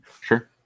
sure